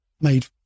made